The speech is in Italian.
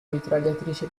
mitragliatrice